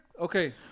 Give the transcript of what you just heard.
Okay